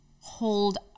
hold